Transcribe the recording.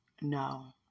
No